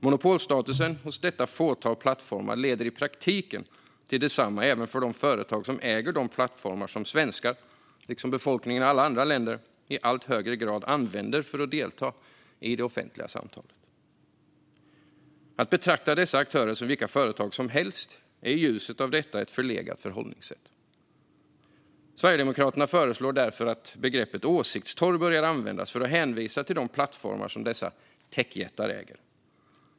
Monopolstatusen hos detta fåtal plattformar leder i praktiken till detsamma även för de företag som äger de plattformar som svenskar, liksom befolkningen i alla andra länder, i allt högre grad använder för att delta i det offentliga samtalet. Att betrakta dessa aktörer som vilka företag som helst är i ljuset av detta ett förlegat förhållningssätt. Sverigedemokraterna föreslår därför att begreppet åsiktstorg ska börja användas för att hänvisa till de plattformar som dessa techjättar äger.